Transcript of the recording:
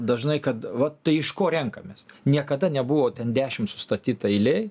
dažnai kad vat tai iš ko renkamės niekada nebuvo ten dešim sustatyta eilė